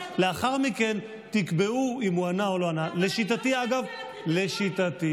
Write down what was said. אבל אתה לא עונה על מה ששאלו אותך.